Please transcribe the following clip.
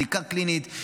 בדיקה קלינית,